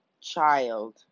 child